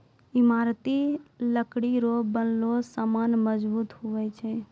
ईमारती लकड़ी रो बनलो समान मजबूत हुवै छै